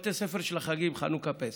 כגון בתי הספר בחגים חנוכה ופסח,